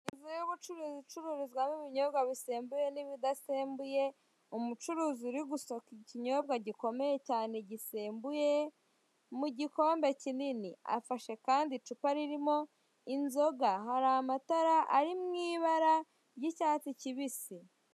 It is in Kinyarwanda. Inzu y'ubucuruzi icururizwamo ibinyobwa bisembuye nibidasembuye umucuruzi uri gusuka ikinyobwa gikomeye cyane gisembuye mugikombe kinini afashe kandi icupa ririmo inzoga hari amatara ari mwibara ryicyatsi kibisi.